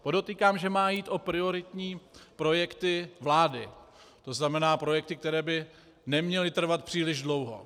Podotýkám, že má jít o prioritní projekty vlády, to znamená projekty, které by neměly trvat příliš dlouho.